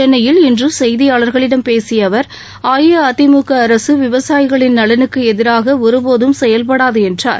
சென்னையில் இன்று செய்தியாளர்களிடம் பேசிய அவர் அஇஅதிமுக அரசு விவசாயிகளின் நலனுக்கு எதிராக ஒருபோதும் செயல்படாது என்றார்